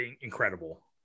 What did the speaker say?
incredible